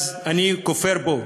אז אני כופר בו.